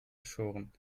geschoren